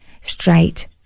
straight